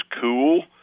cool